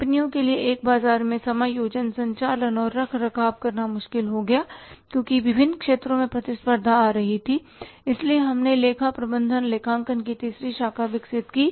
कंपनियों के लिए एक बाजार में समायोजन संचालन और रखरखाव करना मुश्किल हो गया क्योंकि विभिन्न क्षेत्रों से प्रतिस्पर्धा आ रही थी इसलिए हमने लेखा प्रबंधन लेखांकन की तीसरी शाखा विकसित की